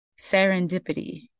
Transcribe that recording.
serendipity